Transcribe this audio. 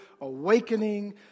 awakening